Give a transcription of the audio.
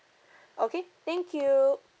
okay thank you